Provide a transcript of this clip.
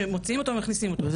שמוציאים אותו ומכניסים אותו.